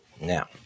Now